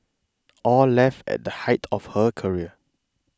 aw left at the height of her career